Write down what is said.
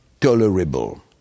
tolerable